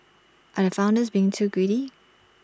are the founders being too greedy